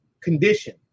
condition